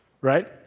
right